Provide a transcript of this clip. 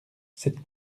cette